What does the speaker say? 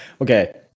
Okay